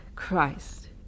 Christ